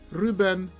ruben